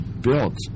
built